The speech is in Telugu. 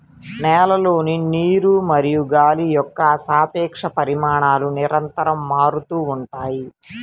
నేలలోని నీరు మరియు గాలి యొక్క సాపేక్ష పరిమాణాలు నిరంతరం మారుతూ ఉంటాయి